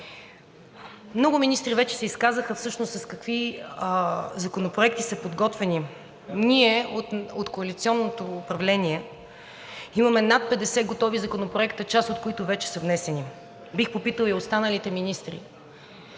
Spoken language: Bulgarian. Много министри вече се изказаха всъщност какви законопроекти са подготвени. Ние от коалиционното управление имаме над 50 готови законопроекта, част от които вече са внесени. Бих попитала и останалите министри